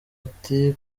ati